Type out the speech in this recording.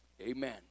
Amen